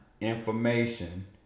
information